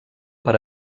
per